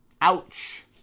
Ouch